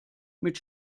mit